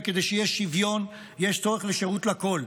וכדי שיהיה שוויון יש צורך בשירות לכול,